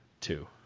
Two